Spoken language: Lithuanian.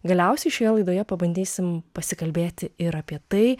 galiausiai šioje laidoje pabandysim pasikalbėti ir apie tai